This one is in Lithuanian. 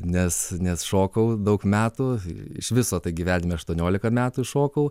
nes net šokau daug metų iš viso tai gyvenimą aštuoniolika metų šokau